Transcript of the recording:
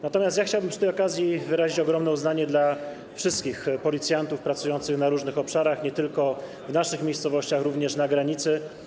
Natomiast ja chciałbym przy tej okazji wyrazić ogromne uznanie dla wszystkich policjantów pracujących w różnych obszarach, nie tylko w naszych miejscowościach, również na granicy.